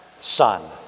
Son